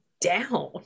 down